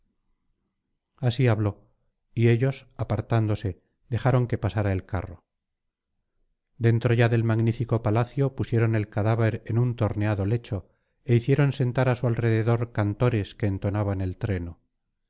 así habló y ellos apartándose dejaron que pasara el carro dentro ya del magnífico palacio pusieron el cadáver en un torneado lecho é hicieron sentar á su alrededor cantores que entonaran el treno